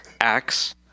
acts